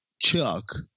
Chuck